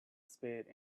spade